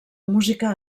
música